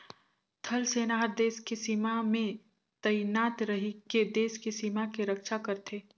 थल सेना हर देस के सीमा में तइनात रहिके देस के सीमा के रक्छा करथे